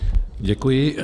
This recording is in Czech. Děkuji.